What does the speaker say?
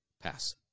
pass